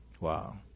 Wow